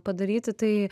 padaryti tai